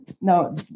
no